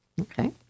Okay